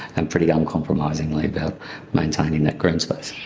and pretty uncompromisingly about maintaining that green space.